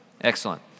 Excellent